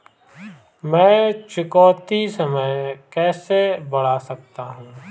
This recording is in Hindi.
मैं चुकौती समय कैसे बढ़ा सकता हूं?